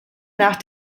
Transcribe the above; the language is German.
nach